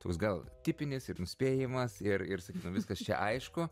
toks gal tipinis ir nuspėjamas ir ir sakytum viskas čia aišku